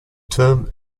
term